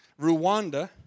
Rwanda